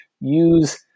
Use